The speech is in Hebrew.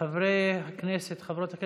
חברי וחברות הכנסת,